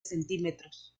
centímetros